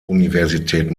universität